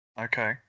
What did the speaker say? Okay